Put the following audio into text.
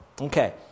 Okay